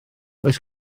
oes